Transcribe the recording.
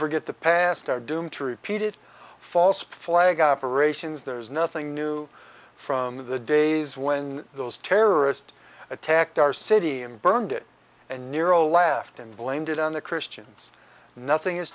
forget the past are doomed to repeat it false flag operations there is nothing new from the days when those terrorist attacked our city and burned it and nero laughed and blamed it on the christians nothing has